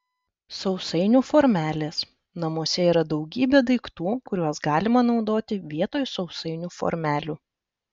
sausainių formelės namuose yra daugybė daiktų kuriuos galima naudoti vietoj sausainių formelių